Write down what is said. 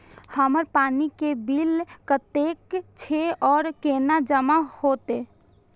हमर पानी के बिल कतेक छे और केना जमा होते?